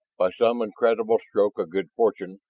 by some incredible stroke of good fortune,